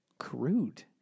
Crude